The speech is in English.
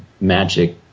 magic